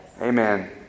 Amen